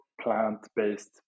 plant-based